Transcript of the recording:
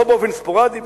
לא באופן ספוראדי,